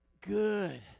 good